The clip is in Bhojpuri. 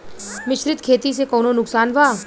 मिश्रित खेती से कौनो नुकसान वा?